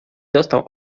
dostał